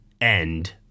end